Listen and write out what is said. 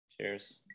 Cheers